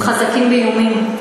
הם חזקים באיומים.